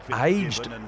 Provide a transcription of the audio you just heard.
aged